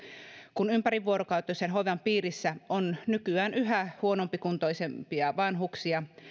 kun ympärivuorokautisen hoivan piirissä on nykyään yhä huonokuntoisempia vanhuksia